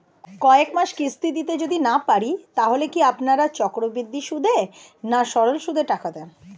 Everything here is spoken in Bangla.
কয়েক মাস কিস্তি দিতে যদি না পারি তাহলে কি আপনারা চক্রবৃদ্ধি সুদে না সরল সুদে টাকা দেন?